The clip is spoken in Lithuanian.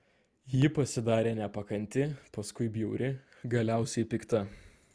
ji pasidarė nepakanti paskui bjauri galiausiai pikta